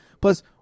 Plus